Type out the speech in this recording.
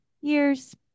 years